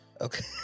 okay